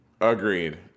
Agreed